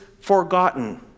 forgotten